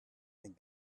and